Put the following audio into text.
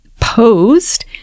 posed